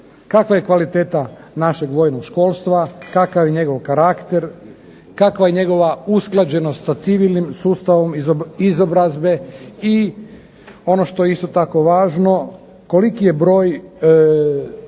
Kakva je kvaliteta našeg vojnog školstva? Kakav je njegov karakter? Kakva je njegova usklađenost sa civilnim sustavom izobrazbe i ono što je isto tako važno koliki je broj